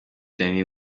danny